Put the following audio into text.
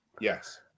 Yes